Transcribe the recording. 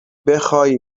بخوای